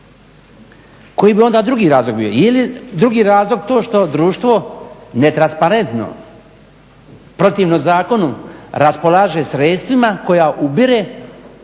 Koji bi onda drugi razlog bio? Je li drugi razlog to što društvo netransparentno, protivno zakonu raspolaže sredstvima koja ubire